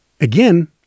Again